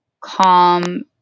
calm